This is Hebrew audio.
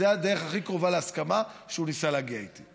זה הדרך הכי קרובה להסכמה שהוא ניסה להגיע איתי.